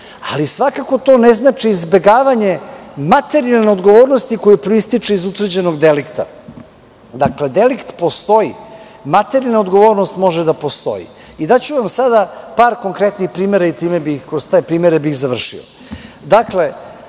Ali, svakako to ne znači izbegavanje materijalne odgovornosti koja proističe iz utvrđenog delikta. Dakle, delikt postoji. Materijalna odgovornost može da postoji. Daću vam sada par konkretnih primera i kroz te primere bih završio.